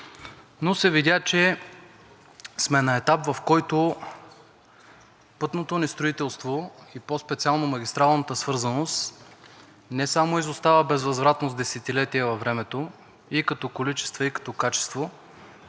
но се видя, че сме на етап, в който пътното ни строителство, и по-специално магистралната свързаност, не само изостава безвъзвратно с десетилетия във времето, и като количества, и като качество,